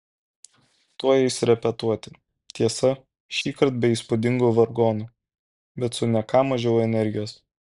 tuoj eis repetuoti tiesa šįkart be įspūdingų vargonų bet su ne ką mažiau energijos